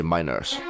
Miners